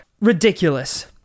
Ridiculous